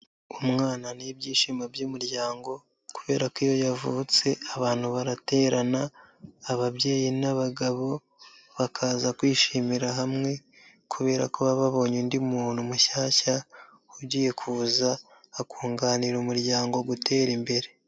Umwana ni ibyishimo by'umuryango, kubera ko iyo yavutse, abantu baraterana, ababyeyi n'abagabo, bakaza kwishimira hamwe, kubera ko baba babonye undi muntu mushyashya, ugiye kuza akunganira umuryango gutera imbere.